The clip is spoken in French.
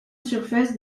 surface